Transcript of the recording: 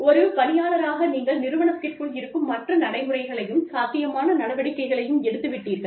ஒரு பணியாளராக நீங்களும் நிறுவனத்திற்குள் இருக்கும் மற்ற நடைமுறைகளையும் சாத்தியமான நடவடிக்கைகளையும் எடுத்து விட்டீர்கள்